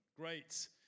Great